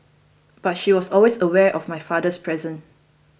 but she was always aware of my father's presence